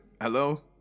Hello